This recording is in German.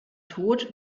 tod